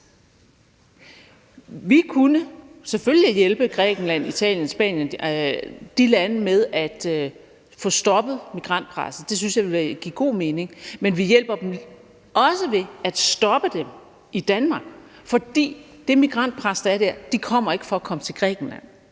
Vi kunne selvfølgelig hjælpe Grækenland, Italien og Spanien med at få stoppet migrantpresset, det syntes jeg ville give god mening, men vi hjælper dem også ved at stoppe migranterne i Danmark, for de migranter, der er der, kommer ikke for at komme til Grækenland.